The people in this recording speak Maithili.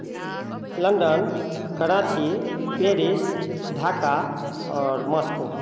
लन्दन कराँची पेरिस ढाका आओर मास्को